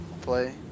play